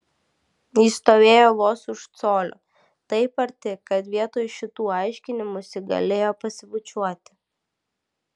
jis stovėjo vos už colio taip arti kad vietoje šitų aiškinimųsi galėjo pasibučiuoti